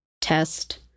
test